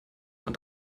man